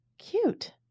cute